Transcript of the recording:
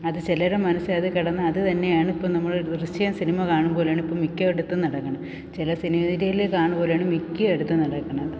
അത് ചിലരെ മനസ്സിൽ അതു കിടന്ന് അതുതന്നെയാണ് ഇപ്പം നമ്മൾ ദൃശ്യം സിനിമ കാണുമ്പോലെയാണ് ഇപ്പം മിക്കയിടത്തും നടക്കണത് ചില സെനേര്യോയിൽ കാണുമ്പോലെയാണ് മിക്കയിടത്തും നടക്കണത്